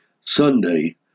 Sunday